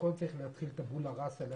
וצריך להתחיל הכול מהתחלה טאבולה ראסה.